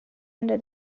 under